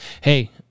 Hey